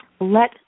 Let